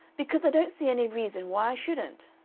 because i don't see any reason why i shouldn't.